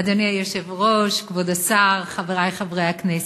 אדוני היושב-ראש, כבוד השר, חברי חברי הכנסת,